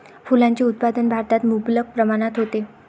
फुलांचे उत्पादन भारतात मुबलक प्रमाणात होते